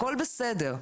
הכול בסדר,